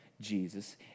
Jesus